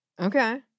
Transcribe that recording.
Okay